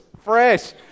fresh